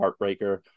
heartbreaker